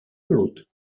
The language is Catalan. pelut